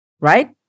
Right